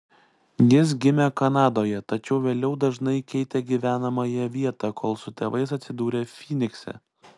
jis gimė kanadoje tačiau vėliau dažnai keitė gyvenamąją vietą kol su tėvais atsidūrė fynikse